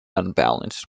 unbalanced